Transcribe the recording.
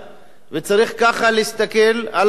וצריך ככה להסתכל על הדברים,